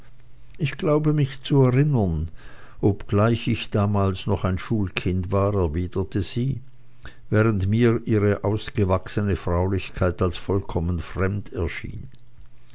ich glaube mich zu erinnern obgleich ich damals noch ein schulkind war erwiderte sie während mir ihre ausgewachsene fraulichkeit als vollkommen fremd erschien